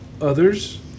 others